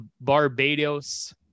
Barbados